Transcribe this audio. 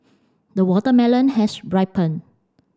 the watermelon has ripened